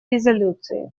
резолюции